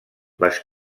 les